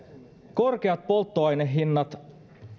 korkeat polttoainehinnat